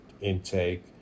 intake